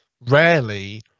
rarely